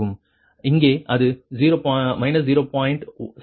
இங்கே அது 0